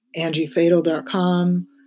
angiefatal.com